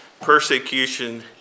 persecution